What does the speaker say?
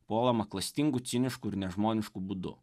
puolamą klastingu cinišku ir nežmonišku būdu